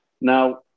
Now